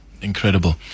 Incredible